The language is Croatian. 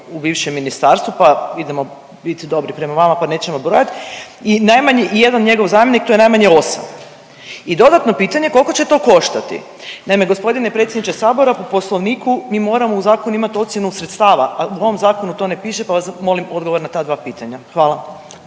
u bivšem ministarstvu pa idemo bit dobri prema vama, pa nećemo brojati i najmanje jedan njegov zamjenik, to je najmanje 8. I dodatno pitanje, koliko će to koštati? Naime, g. predsjedniče Sabora, po Poslovniku mi moramo u zakonu imati ocjenu sredstava, a u ovom zakonu to ne piše pa vas molim odgovor na ta dva pitanja. Hvala.